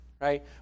right